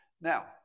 Now